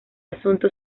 asunto